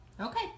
Okay